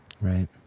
Right